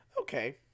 Okay